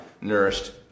nourished